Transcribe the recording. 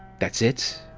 that's it?